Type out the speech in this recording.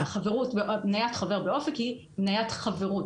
מניית חבר באופק היא מניית חברות.